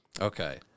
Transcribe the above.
Okay